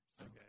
Okay